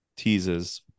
Teases